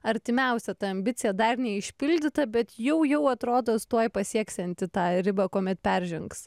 artimiausia ta ambicija dar neišpildyta bet jau jau atrodos tuoj pasieksianti tą ribą kuomet peržengs